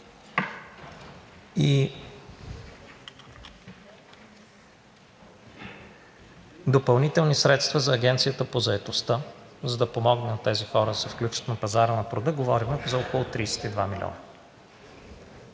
допълнителни средства за Агенцията по заетостта, за да помогнем на тези хора да се включат на пазара на труда, говорим за около 32 милиона.